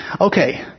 Okay